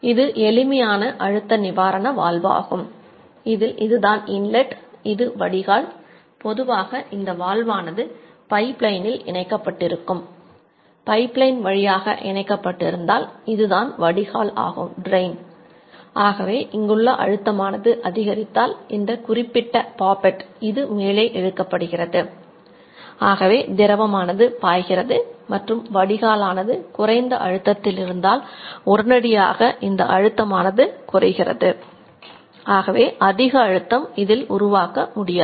இது எளிமையான அழுத்த நிவாரண வால்வு இதில் உருவாக்க முடியாது